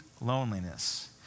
loneliness